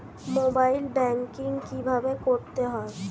Mobile banking কীভাবে করতে হয়?